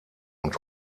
und